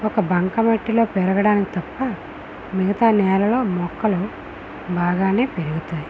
ఒక బంకమట్టిలో పెరగడానికి తప్ప మిగతా నేలలో మొక్కలు బాగా పెరుగుతాయి